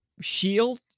shield